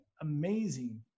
amazing